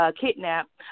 kidnapped